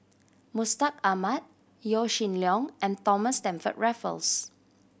Mustaq Ahmad Yaw Shin Leong and Thomas Stamford Raffles